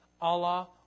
Allah